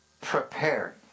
prepared